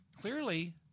Clearly